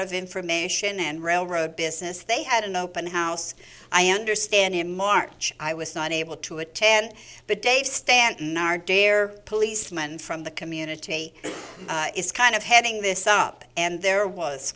the information and railroad business they had an open house i understand in march i was not able to attend the day stanton are dare policeman from the community is kind of heading this up and there was